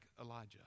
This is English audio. Elijah